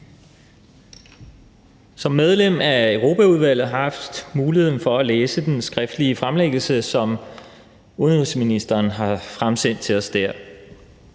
Som medlem af Europaudvalget har jeg haft muligheden for at læse den skriftlige fremlæggelse, som udenrigsministeren har fremsendt til os der.